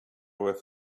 with